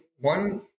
one